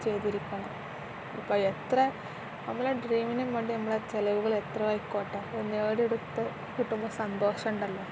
ചെയ്തിരിക്കണം ഇപ്പം എത്ര നമ്മളുടെ ഡ്രീമിനു വേണ്ടി നമ്മളുടെ ചിലവുകൾ എത്ര ആയിക്കോട്ടെ നേടിയെടുത്ത് കിട്ടുമ്പം സന്തോഷമുണ്ടല്ലോ